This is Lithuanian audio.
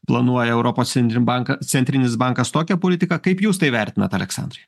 planuoja europos centrinį banką centrinis bankas tokią politiką kaip jūs tai vertinat aleksandrai